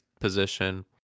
position